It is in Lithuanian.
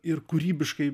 ir kūrybiškai